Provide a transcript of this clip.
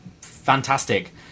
fantastic